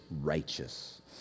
righteous